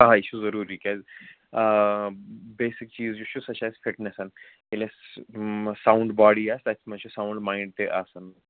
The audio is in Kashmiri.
آ یہِ چھُ ضروٗری کیٛازِ بیسِک چیٖز یُس چھُ سۄ چھِ اَسہِ فِٹنیسَن آسان ییٚلہِ اَسہِ ساوُنٛڈ باڈی آسہِ تَتھ منٛز چھِ ساوُنٛڈ مایِنٛڈ تہِ آسان